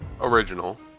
original